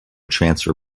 transfer